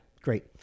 great